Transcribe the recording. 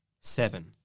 seven